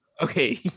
okay